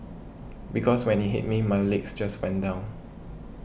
because when it hit me my legs just went down